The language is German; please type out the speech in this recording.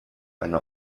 eine